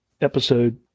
episode